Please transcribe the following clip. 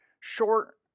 short